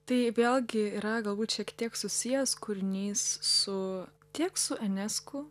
tai vėlgi yra galbūt šiek tiek susijęs kūrinys su tiek su enesku